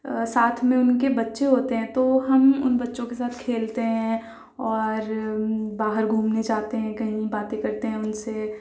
ساتھ میں اُن کے بچے ہوتے ہیں تو ہم اُن بچوں کے ساتھ کھیلتے ہیں اور باہر گھومنے جاتے ہیں کہیں باتیں کرتے ہیں اُن سے